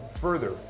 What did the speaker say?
further